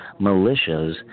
militias